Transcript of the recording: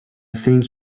think